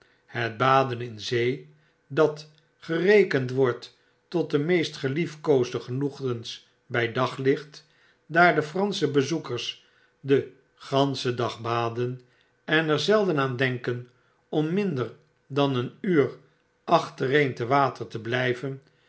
het baden in zee dat gerekend wordt tot de meest geliefkoosde genoegens by daglicht daar de fransche bezoekers den ganschen dag baden en er zeiden aan denkenom minder dan een uur achtereen te water te blyven